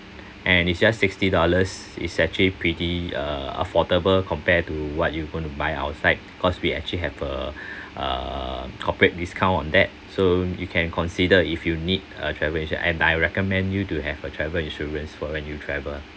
and it's just sixty dollars is actually pretty uh affordable compared to what you going to buy outside cause we actually have a uh corporate discount on that so you can consider if you need a travel insurance and I recommend you to have a travel insurance for when you travel